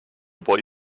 boy